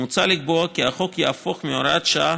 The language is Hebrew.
מוצע לקבוע כי החוק יהפוך מהוראת שעה,